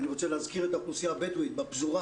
אני רוצה להזכיר את האוכלוסייה הבדואית בפזורה